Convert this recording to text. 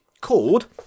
called